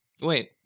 Wait